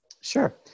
Sure